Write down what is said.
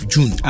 June